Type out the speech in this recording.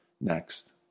next